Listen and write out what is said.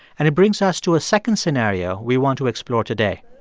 and it brings us to a second scenario we want to explore today.